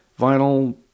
vinyl